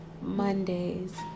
Mondays